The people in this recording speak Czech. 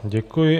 Děkuji.